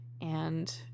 and-